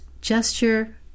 gesture